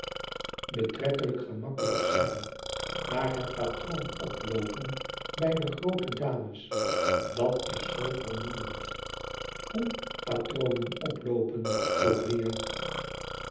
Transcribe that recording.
betrekkelijk gemakkelijk zijn maar het patronen oploopen bij de groote dames dat is zoo vermoeiend hoe patronen oploopen vroeg riah